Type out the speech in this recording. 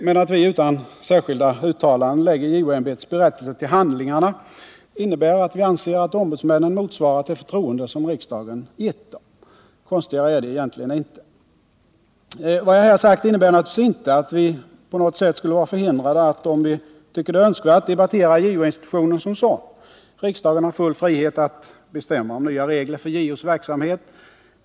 Men att vi utan särskilda uttalanden lägger JO-ämbetets berättelser till handlingarna innebär att vi anser att ombudsmännen har motsvarat det förtroende som riksdagen givit dem. Konstigare är det egentligen inte. Vad jag här har sagt innebär naturligtvis inte att vi på något sätt skulle vara förhindrade att — om vi så finner önskvärt — debattera JO-institutionen som sådan. Riksdagen har full frihet att bestämma om nya regler för JO:s verksamhet.